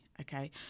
Okay